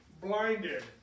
blinded